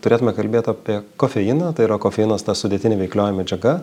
turėtume kalbėt apie kofeiną tai yra kofeinas ta sudėtinė veiklioji medžiaga